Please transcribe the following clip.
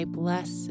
bless